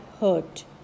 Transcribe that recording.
hurt